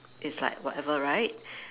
is like whatever right